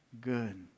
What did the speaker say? good